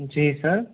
जी sir